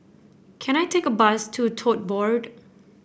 can I take a bus to Tote Board